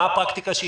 מה הפרקטיקה?